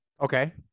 Okay